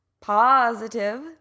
positive